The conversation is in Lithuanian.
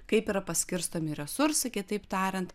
kaip yra paskirstomi resursai kitaip tariant